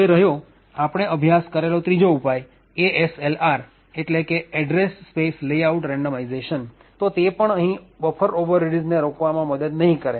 હવે રહ્યો આપણે અભ્યાસ કરેલો ત્રીજો ઉપાય ASLR એટલે કે એડ્રેસ સ્પેસ લેઆઉટ રેન્ડમાઈઝેશન તો તે પણ અહીં બફર ઓવરરીડ્સ ને રોકવામાં મદદ નહિ કરે